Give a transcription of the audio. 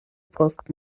post